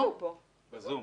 הוא ב-זום.